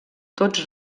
tots